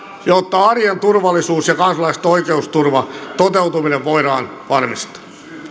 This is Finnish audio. jotta arjen turvallisuus ja kansalaisten oikeusturvan toteutuminen voidaan varmistaa